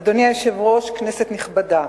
אדוני היושב-ראש, כנסת נכבדה,